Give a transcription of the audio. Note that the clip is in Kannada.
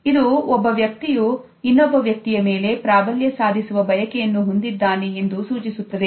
ಇದು ಒಬ್ಬ ವ್ಯಕ್ತಿಯು ಇನ್ನೊಬ್ಬ ವ್ಯಕ್ತಿಯ ಮೇಲೆ ಪ್ರಾಬಲ್ಯ ಸಾಧಿಸುವ ಬಯಕೆಯನ್ನು ಹೊಂದಿದ್ದಾನ ಎಂದು ಸೂಚಿಸುತ್ತದೆ